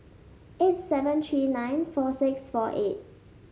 eight seven three nine four six four eight